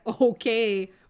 okay